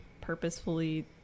purposefully